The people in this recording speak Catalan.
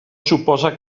suposa